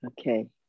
Okay